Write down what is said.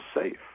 safe